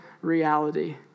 reality